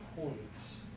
points